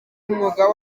n’umwuga